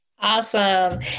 awesome